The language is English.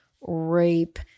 rape